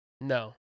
no